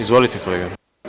Izvolite, kolega.